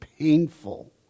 painful